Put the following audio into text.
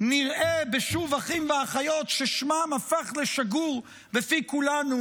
נראה בשוב אחים ואחיות ששמם הפך לשגור בפי כולנו,